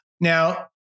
Now